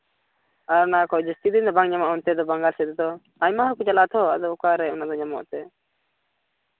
ᱟᱨ ᱚᱱᱟ ᱠᱷᱚᱱ ᱡᱟᱹᱥᱛᱤ ᱫᱚ ᱵᱟᱝ ᱧᱟᱢᱚᱜᱼᱟ ᱚᱱᱛᱮ ᱫᱚ ᱵᱟᱝᱜᱟᱞ ᱥᱮᱫ ᱨᱮᱫᱚ ᱟᱭᱢᱟ ᱦᱚᱲ ᱠᱚ ᱪᱟᱞᱟᱜᱼᱟ ᱛᱷᱚ ᱟᱫᱚ ᱚᱠᱟ ᱨᱮ ᱚᱱᱟ ᱫᱚ ᱧᱟᱢᱚᱜᱼᱟ ᱮᱱᱛᱮᱫ